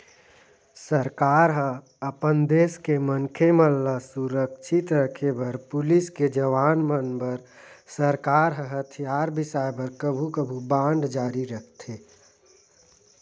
सरकार ह अपन देस के मनखे मन ल सुरक्छित रखे बर पुलिस के जवान मन बर सरकार ह हथियार बिसाय बर कभू कभू बांड जारी करथे